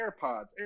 AirPods